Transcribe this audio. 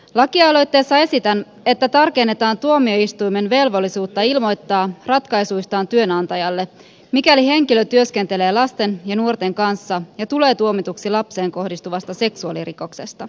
lakialoitteessa esitän että tarkennetaan tuomioistuimen velvollisuutta ilmoittaa ratkaisuistaan työnantajalle mikäli henkilö työskentelee lasten ja nuorten kanssa ja tulee tuomituksi lapseen kohdistuvasta seksuaalirikoksesta